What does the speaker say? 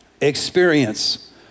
experience